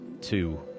two